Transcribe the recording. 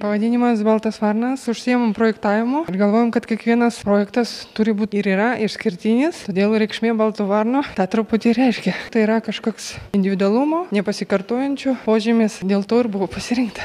pavadinimas baltas varnas užsiimam projektavimu galvojom kad kiekvienas projektas turi būt ir yra išskirtinis todėl reikšmė balto varno tą truputį ir reiškia tai yra kažkoks individualumo nepasikartojančių požymis dėl to ir buvo pasirinkta